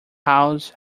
house